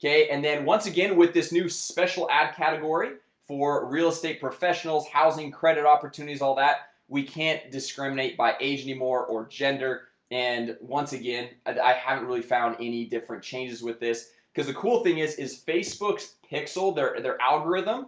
okay and then once again with this new special ab category for real estate professionals housing credit opportunities all that we can't discriminate by age anymore or gender and once again and i haven't really found any different changes with this because the cool thing is is facebook's pixel they're their algorithm.